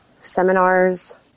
seminars